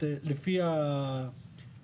זה כאילו האחדת